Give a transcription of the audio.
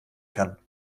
kann